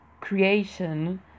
creation